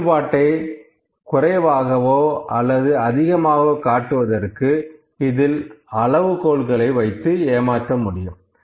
வேறுபாட்டை குறைவாகவோ அதிகமாகவோ காட்டுவதற்கு இதில் அளவுகோல்களை வைத்து ஏமாற்ற முடியும்